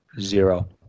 Zero